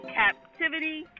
captivity